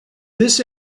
this